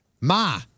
Ma